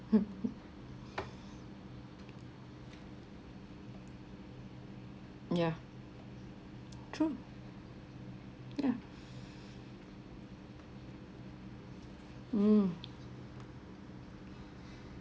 ya true yeah mm